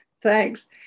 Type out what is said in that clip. Thanks